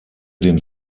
den